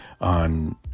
on